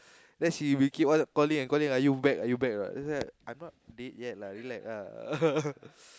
then she became all calling and calling are you back are you back or not then it's like I'm not dead yet lah rilek ah